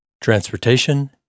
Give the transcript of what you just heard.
Transportation